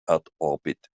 erdorbit